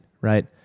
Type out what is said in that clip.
right